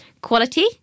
Quality